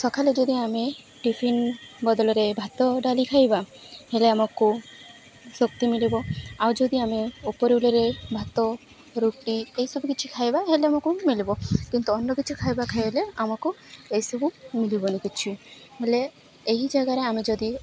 ସଖାଳେ ଯଦି ଆମେ ଟିଫିନ୍ ବଦଳରେ ଭାତ ଡ଼ାଲି ଖାଇବା ହେଲେ ଆମକୁ ଶକ୍ତି ମଳିବ ଆଉ ଯଦି ଆମେ ଉପରିଲରେ ଭାତ ରୁଟି ଏସବୁ କିଛି ଖାଇବା ହେଲେ ଆମକୁ ମଳିବ କିନ୍ତୁ ଅନ୍ୟ କିଛି ଖାଇବା ଖାଇଲେ ଆମକୁ ଏସବୁ ମଲିବନି କିଛି ହେଲେ ଏହି ଜାଗାରେ ଆମେ ଯଦି